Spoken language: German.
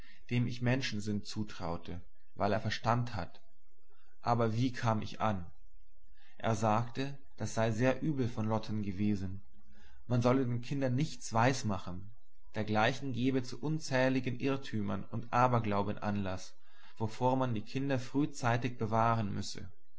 dem ich menschensinn zutraute weil er verstand hat aber wie kam ich an er sagte das sei sehr übel von lotten gewesen man solle den kindern nichts weis machen dergleichen gebe zu unzähligen irrtümern und aberglauben anlaß wovor man die kinder frühzeitig bewahren müsse